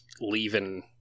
leaving